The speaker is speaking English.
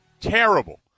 Terrible